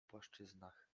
płaszczyznach